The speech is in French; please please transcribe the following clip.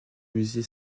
musée